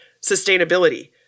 sustainability